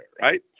right